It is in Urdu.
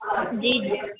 جی جی